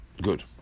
good